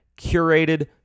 curated